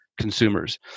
consumers